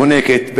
חונקת,